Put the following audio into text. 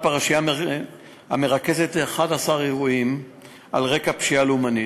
פרשייה המרכזת 11 אירועים על רקע פשיעה לאומנית,